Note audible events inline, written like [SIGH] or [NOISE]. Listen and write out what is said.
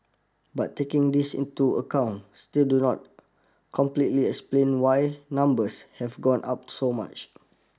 but taking this into account still do not [NOISE] completely explain why numbers have gone up so much